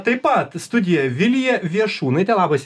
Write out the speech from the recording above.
taip pat studijoj vilija viešūnaitė labas